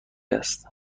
است